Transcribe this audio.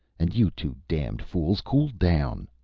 and you two damned fools cool down.